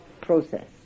process